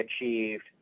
achieved